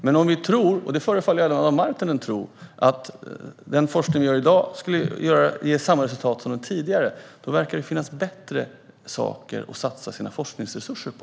Men om vi tror - vilket även Adam Marttinen förefaller göra - att den forskning som bedrivs i dag skulle ge samma resultat som den tidigare forskningen verkar det finnas bättre saker att satsa forskningsresurser på.